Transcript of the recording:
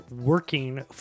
working